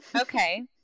okay